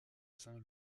saint